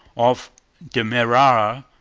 off demerara,